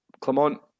Clement